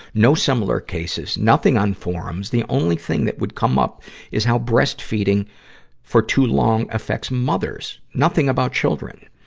no similar cases, nothing on forums. the only thing that would come up is how breastfeeding for too long affects mothers. nothing about children.